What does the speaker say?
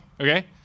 okay